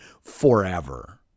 forever